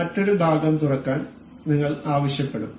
മറ്റൊരു ഭാഗം തുറക്കാൻ നിങ്ങൾ ആവശ്യപ്പെടും